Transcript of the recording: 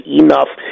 enough